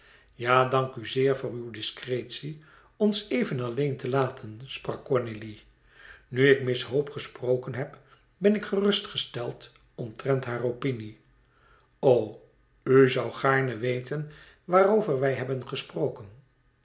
ja dank u zeer voor uw discretie ons even alleen te laten sprak cornélie nu ik miss hope gesproken heb ben ik gerustgesteld omtrent haar opinie o u zoû gaarne weten waarover wij hebben gesproken